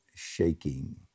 shaking